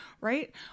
right